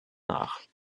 nach